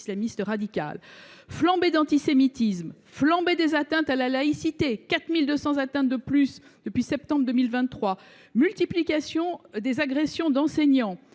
islamiste radical. Flambée d’antisémitisme, flambée des atteintes à la laïcité – on en compte 4 200 de plus depuis septembre 2023 –, multiplication des agressions d’enseignants,